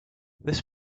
this